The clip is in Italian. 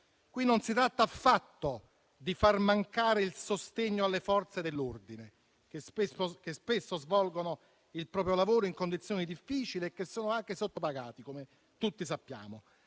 anzi. Non si tratta affatto di far mancare il sostegno alle Forze dell'ordine, che spesso svolgono il proprio lavoro in condizioni difficili e che sono anche sottopagate, come tutti sappiamo.